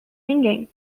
ninguém